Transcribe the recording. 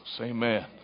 Amen